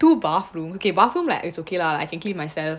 two bathroom okay bathroom like it's okay lah I can clean myself